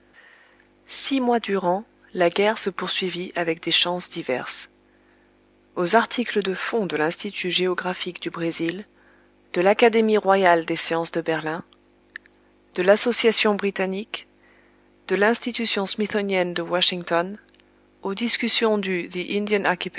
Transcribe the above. six mois durant la guerre se poursuivit